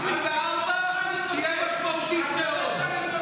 אושר שקלים, בתקציב של 2024 תהיה משמעותית מאוד.